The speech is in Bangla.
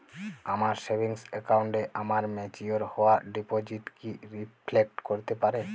আমার সেভিংস অ্যাকাউন্টে আমার ম্যাচিওর হওয়া ডিপোজিট কি রিফ্লেক্ট করতে পারে?